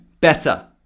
better